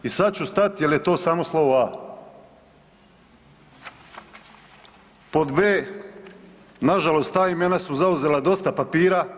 I sad ću stat jer je to samo slovo A. Pod B na žalost ta imena su zauzela dosta papira.